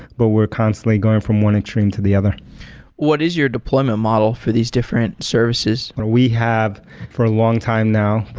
but we're constantly going from one extreme to the other what is your deployment model for these different services? we have for a long time now,